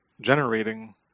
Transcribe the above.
generating